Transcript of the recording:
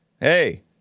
Hey